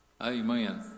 Amen